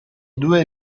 due